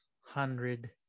hundred